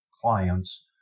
clients